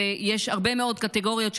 ויש הרבה מאוד קטגוריות,